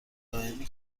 دائمی